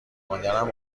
مادرم